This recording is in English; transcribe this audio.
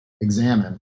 examine